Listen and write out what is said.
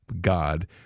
God